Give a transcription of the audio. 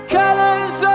colors